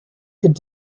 could